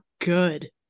good